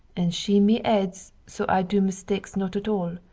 and she me aids so i do mistakes not at all.